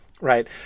Right